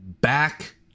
back